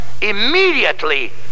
immediately